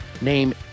name